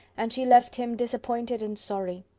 and she left him disappointed and sorry.